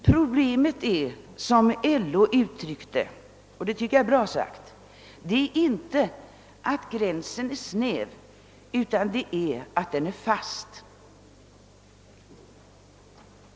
Problemet är, som LO uttryckt saken — och det tycker jag är bra sagt — inte att gränsen är snäv utan att den är fast.